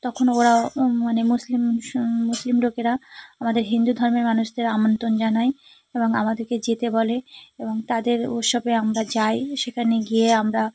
তখন ওরা মানে মুসলিম মুসলিম লোকেরা আমাদের হিন্দু ধর্মের মানুষদের আমন্ত্রণ জানায় এবং আমাদেরকে যেতে বলে এবং তাদের উৎসবে আমরা যাই সেখানে গিয়ে আমরা